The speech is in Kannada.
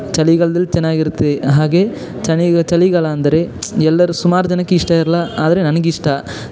ಚಳಿಗಾಲದಲ್ಲಿ ಚೆನ್ನಾಗಿರುತ್ತೆ ಹಾಗೆಯೇ ಚಳಿಗಾಲ ಅಂದರೆ ಎಲ್ಲರ ಸುಮಾರು ಜನಕ್ಕೆ ಇಷ್ಟ ಇರಲ್ಲ ಆದರೆ ನನಗಿಷ್ಟ